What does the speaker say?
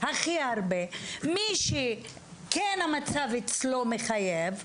מי שהמצב אצלו כן מחייב,